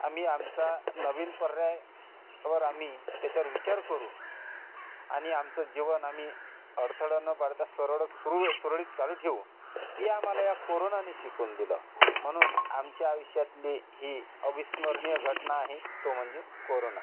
आम्ही आमचा नवीन पर्याय वर आम्ही त्याच्यावर विचार करू आणि आमचं जीवन आम्ही अडथळा न पाहता सरळच सुर सुरळीत चालू ठेऊ हे आम्हाला या कोरोनान शिकवून दिलं म्हणून आमच्या आयुष्यातली ही अविस्मरणीय घटना आहे तो म्हणजे कोरोना